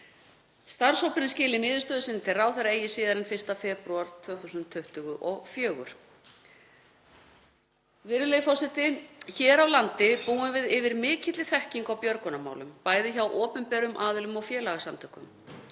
Starfshópurinn skili niðurstöðu sinni til ráðherra eigi síðar en 1. febrúar 2024.“ Virðulegi forseti. Hér á landi búum við yfir mikilli þekkingu á björgunarmálum, bæði hjá opinberum aðilum og félagasamtökum.